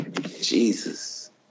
Jesus